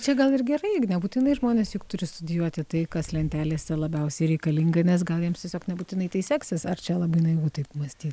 čia gal ir gerai juk nebūtinai žmonės juk turi studijuoti tai kas lentelėse labiausiai reikalinga nes gal jiems tiesiog nebūtinai tai seksis ar čia labai naivu taip mąsty